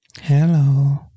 Hello